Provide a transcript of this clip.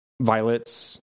violets